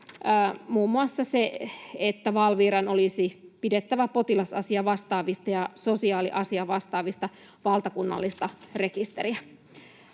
muun muassa se, että Valviran olisi pidettävä potilasasiavastaavista ja sosiaaliasiavastaavista valtakunnallista rekisteriä.